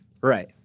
Right